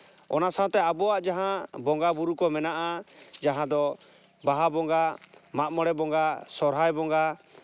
ᱚᱱᱟ ᱥᱟᱶᱛᱮ ᱟᱵᱚᱣᱟᱜ ᱡᱟᱦᱟᱸ ᱵᱚᱸᱜᱟᱼᱵᱩᱨᱩ ᱠᱚ ᱢᱮᱱᱟᱜᱼᱟ ᱡᱟᱦᱟᱸ ᱫᱚ ᱵᱟᱦᱟ ᱵᱚᱸᱜᱟ ᱢᱟᱜ ᱢᱚᱬᱮ ᱵᱚᱸᱜᱟ ᱥᱚᱨᱦᱟᱭ ᱵᱚᱸᱜᱟ